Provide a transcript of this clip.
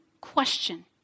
question